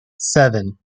seven